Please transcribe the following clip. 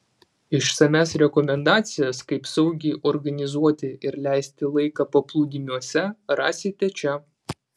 išsamias rekomendacijas kaip saugiai organizuoti ir leisti laiką paplūdimiuose rasite čia